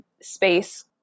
space